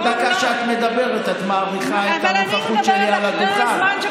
כל דקה שאת מדברת את מאריכה את הנוכחות שלי על הדוכן.